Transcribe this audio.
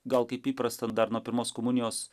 gal kaip įprasta dar nuo pirmos komunijos